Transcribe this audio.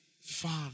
Father